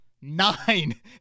nine